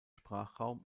sprachraum